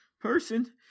person